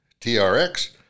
TRX